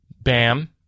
BAM